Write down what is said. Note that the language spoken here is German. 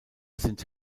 sind